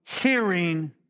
hearing